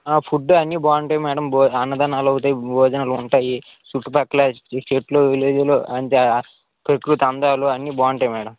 food అన్నీ బాగుంటాయి madam భో అన్నదానాలవుతాయి భోజనాలుంటాయి చుట్టుపక్కల చెట్లు విలేజులు అంటే ప్రకృతి అందాలు అన్నీ బావుంటాయి మేడం